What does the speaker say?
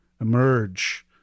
emerge